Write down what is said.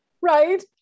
Right